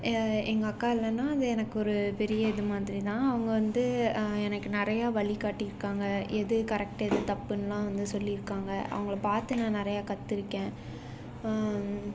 எங்கள் அக்கா இல்லைன்னா அது எனக்கு ஒரு பெரிய இது மாதிரி தான் அவங்க வந்து எனக்கு நிறையா வழி காட்டியிருக்காங்க எது கரெக்ட் எது தப்புன்லாம் வந்து சொல்லியிருக்காங்க அவங்களை பார்த்து நான் நிறையா கத்துருக்கேன்